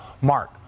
mark